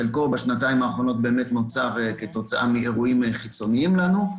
חלקו באמת נוצר בשנתיים האחרונות כתוצאה מאירועים חיצוניים לנו,